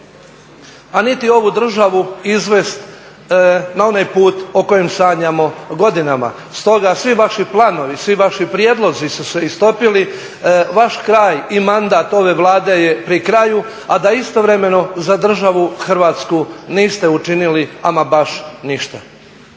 a niti ovu državu izvesti na onaj put o kojem sanjamo godinama. Stoga svi vaši planovi, svi vaši prijedlozi su se istopili. Vaš kraj i mandat ove Vlade je pri kraju, a da istovremeno za državu Hrvatsku niste učinili ama baš ništa.